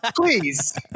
please